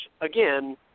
again